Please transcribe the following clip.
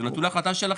זה נתון להחלטה שלכם.